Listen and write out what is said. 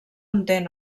entén